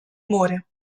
моря